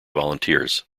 volunteers